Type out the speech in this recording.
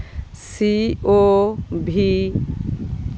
ᱥᱤ ᱳ ᱵᱷᱤ